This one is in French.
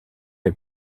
est